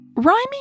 Rhyming